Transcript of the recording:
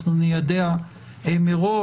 אנחנו ניידע מראש.